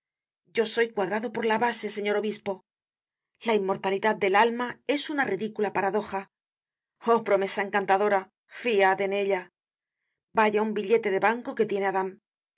yo soy cuadrado por la base señor obispo la inmortalidad del alma es una ridicula paradoja oh promesa encantadora fiad en ella vaya un billete de banco que tiene adam si